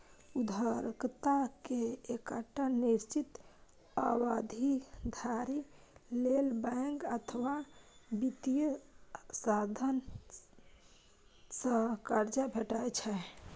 उधारकर्ता कें एकटा निश्चित अवधि धरि लेल बैंक अथवा वित्तीय संस्था सं कर्ज भेटै छै